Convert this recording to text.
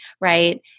right